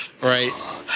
Right